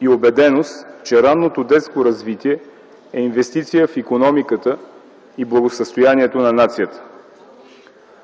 и убеденост, че ранното детско развитие е инвестиция в икономиката и благосъстоянието на нацията.